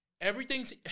Everything's